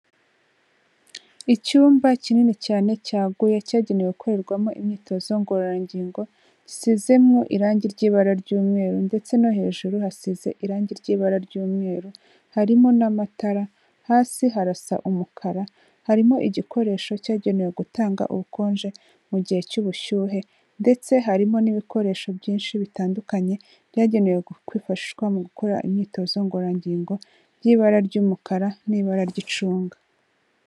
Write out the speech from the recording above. Icyumba kinini cyane cyaguye, cyagenewe gukorerwamo imyitozo ngororangingo, gisizemo irangi ry'ibara ry'umweru ndetse no hejuru hasize irangi ry'ibara ry'umweru, harimo n'amatara, hasi harasa umukara, harimo igikoresho cyagenewe gutanga ubukonje mu gihe cy'ubushyuhe, ndetse harimo n'ibikoresho byinshi bitandukanye byagenewe kwifashishwa mu gukora imyitozo ngororangingo by'ibara ry'umukara n'ibara ry'icunga.